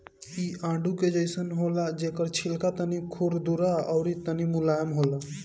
इ आडू के जइसन होला जेकर छिलका तनी खुरदुरा अउरी तनी मुलायम होला